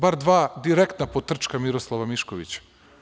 Bar dva direktna potrčka Miroslava Miškovića.